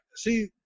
See